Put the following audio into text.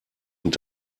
und